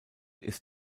ist